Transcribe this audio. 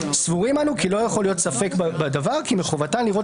סבורים אנו כי לא יכול להיות ספק בדבר כי מחובתן לראות